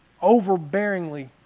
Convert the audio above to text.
overbearingly